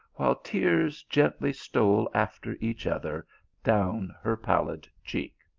while tears gently stole after each other down her pallid cheek.